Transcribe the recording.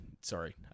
sorry